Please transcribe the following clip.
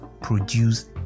produce